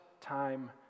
time